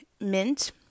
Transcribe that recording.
mint